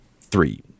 three